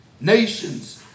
nations